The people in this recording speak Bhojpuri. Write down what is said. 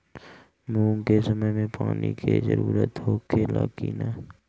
मूंग के समय मे पानी के जरूरत होखे ला कि ना?